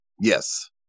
Yes